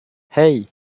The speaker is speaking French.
hey